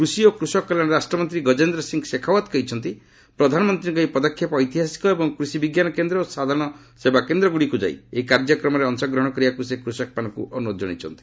କୃଷି ଓ କୃଷକ କଲ୍ୟାଣ ରାଷ୍ଟ୍ରମନ୍ତ୍ରୀ ଗଜେନ୍ଦ୍ର ସିଂ ଶେଖାଓ୍ୱତ କହିଛନ୍ତି ପ୍ରଧାନମନ୍ତ୍ରୀଙ୍କ ଏହି ପଦକ୍ଷେପ ଐତିହାସିକ ଏବଂ କୃଷି ବିଜ୍ଞାନ କେନ୍ଦ୍ର ଓ ସାଧାରଣ ସେବାକେନ୍ଦ୍ରଗୁଡ଼ିକୁ ଯାଇ ଏହି କାର୍ଯ୍ୟକ୍ରମରେ ଅଂଶଗ୍ରହଣ କରିବାପାଇଁ ସେ କୃଷକମାନଙ୍କୁ ଅନୁରୋଧ କରିଛନ୍ତି